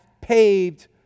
paved